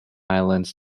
islands